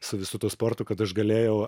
su visu tuo sportu kad aš galėjau